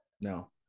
No